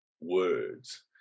words